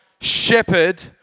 shepherd